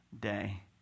day